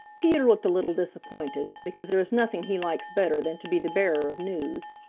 peter looked a little disappointed, because there is nothing he likes better than to be the bearer of news.